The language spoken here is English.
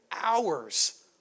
hours